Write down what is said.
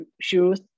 shoes